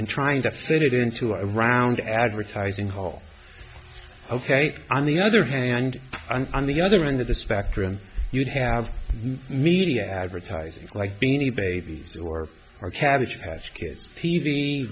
in trying to fit it into a round advertising hole ok on the other hand on the other end of the spectrum you'd have media advertising like being the babies or are cabbage patch kids t